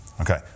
Okay